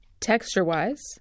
texture-wise